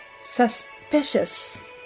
suspicious